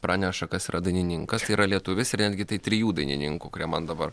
praneša kas yra dainininkas tai yra lietuvis ir netgi tai trijų dainininkų kurie man dabar